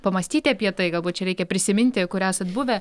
pamąstyti apie tai galbūt čia reikia prisiminti kur esat buvę